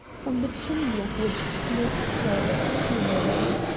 from the chimney of which smoke curled cheerily.